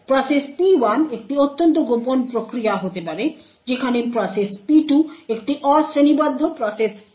process P1 একটি অত্যন্ত গোপন প্রক্রিয়া হতে পারে যেখানে প্রসেস P2 একটি অশ্রেণীবদ্ধ প্রসেস হতে পারে